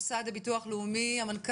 אישרה אתמול במסגרת תקציב המדינה,